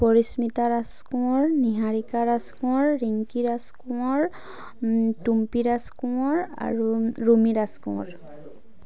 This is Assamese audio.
পৰিষ্মিতা ৰাজকোঁৱৰ নিহাৰিকা ৰাজকোঁৱৰ ৰিংকি ৰাজকোঁৱৰ টুম্পী ৰাজকোঁৱৰ আৰু ৰুমি ৰাজকোঁৱৰ